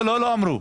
לא אמרו.